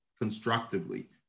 constructively